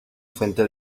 fuente